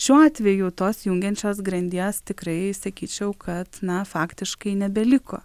šiuo atveju tos jungiančios grandies tikrai sakyčiau kad na faktiškai nebeliko